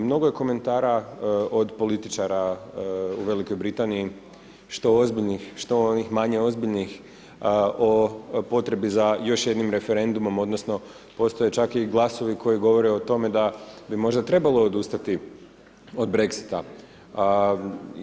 Mnogo je komentara od političara u Velikoj Britaniji što ozbiljnih, što onih manje ozbiljnih o potrebi za još jednim referendumom, odnosno postoje čak i glasovi koji govore o tome da bi možda trebalo odustati od BREXIT-a.